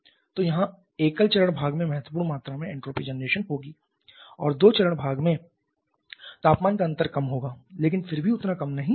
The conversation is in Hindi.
तो यहाँ एकल चरण भाग में महत्वपूर्ण मात्रा में एन्ट्रापी जनरेशन होगी और दो चरण भाग में तापमान का अंतर कम होगा लेकिन फिर भी उतना कम नहीं होगा